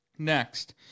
Next